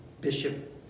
bishop